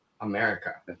America